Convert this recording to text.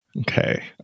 Okay